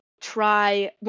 try